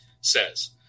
says